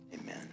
Amen